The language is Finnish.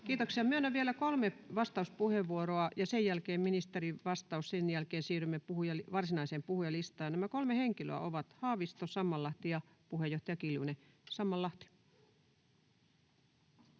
Kiitoksia. — Myönnän vielä kolme vastauspuheenvuoroa, sen jälkeen ministerin vastaus, ja sen jälkeen siirrymme varsinaiseen puhujalistaan. Nämä kolme henkilöä ovat Haavisto, Sammallahti ja puheenjohtaja Kiljunen. — Sammallahti.